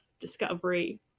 discovery